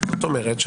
מה זאת אומרת?